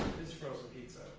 frozen pizza